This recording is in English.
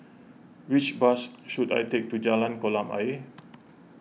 which bus should I take to Jalan Kolam Ayer